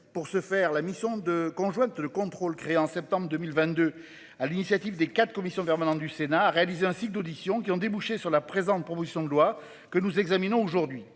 Pour ce faire, la mission de conjointe le contrôle créé en septembre 2022 à l'initiative des 4 commissions permanentes du Sénat réalisé ainsi que d'auditions qui ont débouché sur la présente, proposition de loi que nous examinons aujourd'hui.